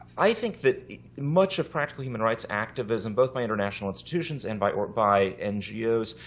i think that much of practical human rights activism, both by international institutions and by by ngos,